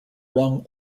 wrong